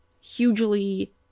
hugely